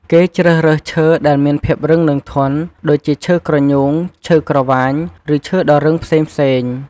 គេជ្រើសរើសឈើដែលមានភាពរឹង និងធន់ ដូចជា ឈើក្រញូង ឈើក្រវាញ ឬឈើដ៏រឹងផ្សេងៗ។